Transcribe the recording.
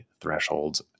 thresholds